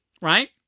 Right